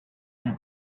and